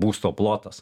būsto plotas